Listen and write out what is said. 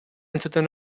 entzuten